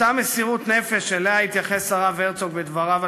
אותה מסירות נפש שאליה התייחס הרב הרצוג בדבריו על